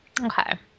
Okay